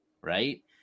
Right